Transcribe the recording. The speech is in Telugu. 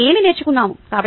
మనం ఏమి నేర్చుకున్నాం